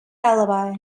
alibi